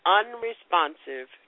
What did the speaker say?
unresponsive